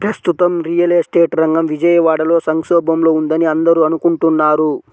ప్రస్తుతం real estate రంగం విజయవాడలో సంక్షోభంలో ఉందని అందరూ అనుకుంటున్నారు